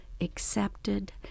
accepted